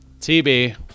TB